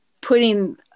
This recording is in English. putting